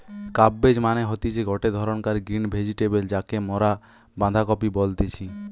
cabbage মানে হতিছে গটে ধরণকার গ্রিন ভেজিটেবল যাকে মরা বাঁধাকপি বলতেছি